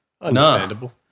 understandable